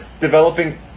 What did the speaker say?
developing